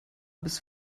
bis